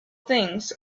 things